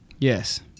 Yes